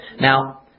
Now